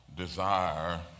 desire